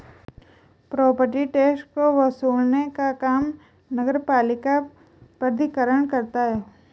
property tax को वसूलने का काम नगरपालिका प्राधिकरण करता है